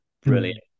brilliant